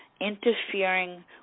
interfering